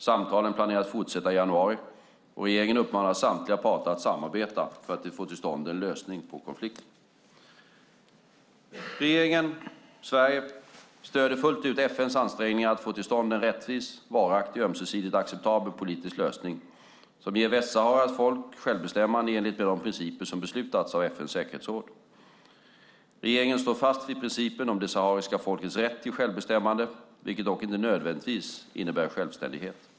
Samtalen planeras fortsätta i januari, och regeringen uppmanar samtliga parter att samarbeta för att få till stånd en lösning på konflikten. Regeringen och Sverige stöder fullt ut FN:s ansträngningar att få till stånd en rättvis, varaktig och ömsesidigt acceptabel politisk lösning som ger Västsaharas folk självbestämmande i enlighet med de principer som beslutats av FN:s säkerhetsråd. Regeringen står fast vid principen om det sahariska folkets rätt till självbestämmande, vilket dock inte nödvändigtvis innebär självständighet.